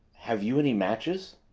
have you any matches?